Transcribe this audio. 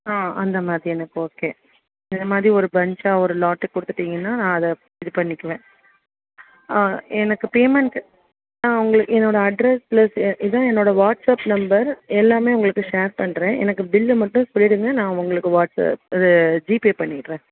ஆ அந்த மாதிரி எனக்கு ஓகே அந்த மாதிரி ஒரு பஞ்சாக ஒரு லாட்டு கொடுத்துட்டீங்கன்னா நான் அதை இது பண்ணிக்குவேன் எனக்கு பேமெண்ட் உங்களுக்கு என்னோடய அட்ரஸ் பிளஸ் இதுதான் என்னோடய வாட்ஸ்அப் நம்பர் எல்லாமே உங்களுக்கு ஷேர் பண்றேன் எனக்கு பில்லு மட்டும் சொல்லிவிடுங்க நான் உங்களுக்கு வாட்ஸ்அப் இது ஜிபே பண்ணிடுறேன்